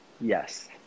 yes